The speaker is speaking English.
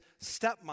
stepmom